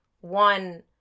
one